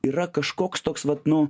yra kažkoks toks vat nu